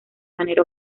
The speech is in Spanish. manera